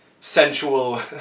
sensual